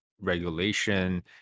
regulation